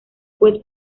pues